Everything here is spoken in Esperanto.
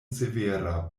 severa